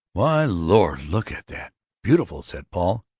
my lord, look at that beautiful! said paul.